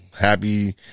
happy